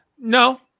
No